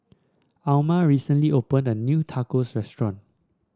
Almyra recently opened a new Tacos Restaurant